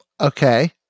Okay